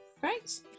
Great